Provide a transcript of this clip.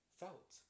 felt